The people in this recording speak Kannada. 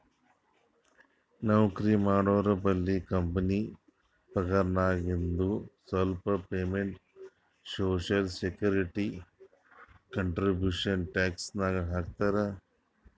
ನೌಕರಿ ಮಾಡೋರ್ಬಲ್ಲಿ ಕಂಪನಿ ಪಗಾರ್ನಾಗಿಂದು ಸ್ವಲ್ಪ percent social security contribution tax ನಾಗ್ ಹಾಕ್ತಾರ್